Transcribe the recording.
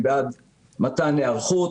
היא בעד מתן היערכות.